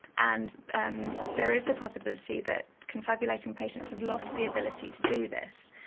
and um there is the possibility that confabulating patients have lost the ability to do this.